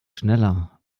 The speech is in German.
schneller